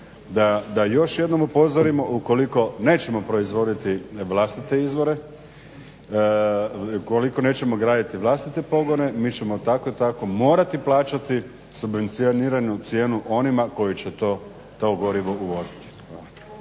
Da još jednom upozorimo ukoliko nećemo proizvoditi vlastite izvore, ukoliko nećemo graditi vlastite pogone mi ćemo tako i tako morati plaćati subvencioniranu cijenu onima koji će to gorivo uvoziti.